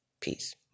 Peace